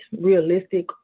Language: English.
realistic